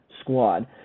squad